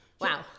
Wow